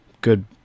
good